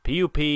PUP